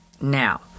Now